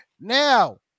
now